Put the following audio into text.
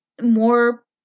more